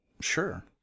Sure